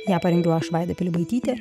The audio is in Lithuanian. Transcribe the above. ją parengiau aš vaida pilibaitytė